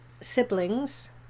siblings